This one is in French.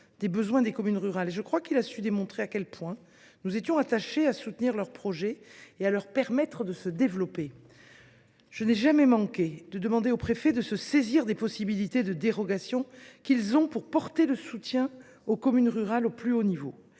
des besoins des communes rurales ; je crois qu’il a su démontrer à quel point il était attaché à soutenir leurs projets et à leur permettre de se développer. Je n’ai jamais manqué de demander aux préfets de se saisir des possibilités de dérogation qu’ils ont à disposition, pour porter le soutien aux communes rurales au plus haut niveau.